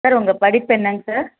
sir உங்க படிப்பு என்னங்க சார்